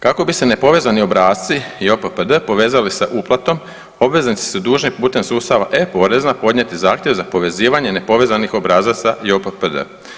Kako bi se nepovezani obrasci i JOPPD povezali sa uplatom obveznici su dužni putem sustava e-porezna podnijeti zahtjev za povezivanje nepovezanih obrazaca JOPPD.